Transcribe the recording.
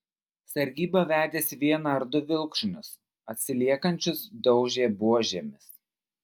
sargyba vedėsi vieną ar du vilkšunius atsiliekančius daužė buožėmis